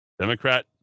Democrat